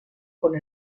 con